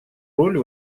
роль